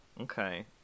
Okay